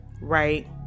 right